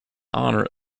honor